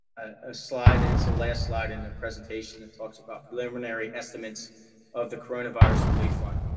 ah slide and it's the last slide in the presentation. it talks about preliminary estimates of the coronavirus relief fund.